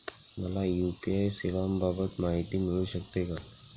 मला यू.पी.आय सेवांबाबत माहिती मिळू शकते का?